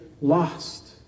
lost